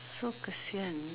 so kesian